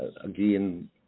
again